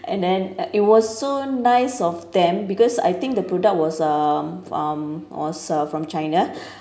and then it was so nice of them because I think the product was um um was uh from china